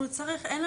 ולכן הוא צריך להיות